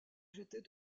j’étais